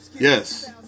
Yes